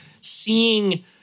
seeing